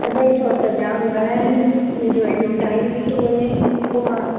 अढाई सौ रुपया जाम घणा आहिनि मुंहिंजो हेॾो टाइम बि थो वञे पोइ मां